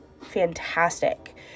fantastic